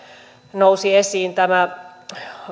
nousi esiin tämä